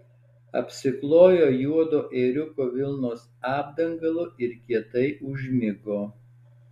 apsiklojo juodo ėriuko vilnos apdangalu ir kietai užmigo